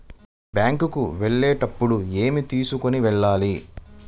Bank కు వెళ్ళేటప్పుడు ఏమి తీసుకొని వెళ్ళాలి?